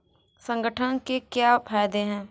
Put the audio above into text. संगठन के क्या फायदें हैं?